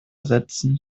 setzen